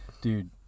Dude